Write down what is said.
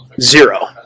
zero